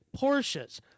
Porsches